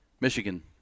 Michigan